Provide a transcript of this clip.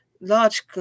Large